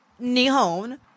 Nihon